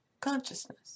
consciousness